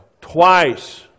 twice